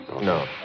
No